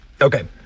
Okay